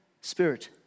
spirit